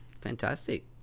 Fantastic